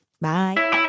Bye